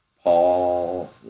Paul